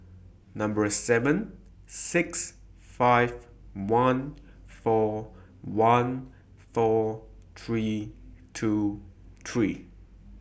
seven six five one four one four three two three